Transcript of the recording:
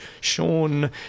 Sean